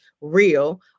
real